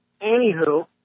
Anywho